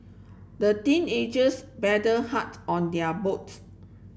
the teenagers paddled hart on their boat